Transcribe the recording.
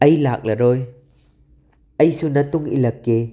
ꯑꯩ ꯂꯥꯛꯂꯔꯣꯏ ꯑꯩꯁꯨ ꯅꯇꯨꯡ ꯏꯜꯂꯛꯀꯦ